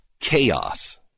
chaos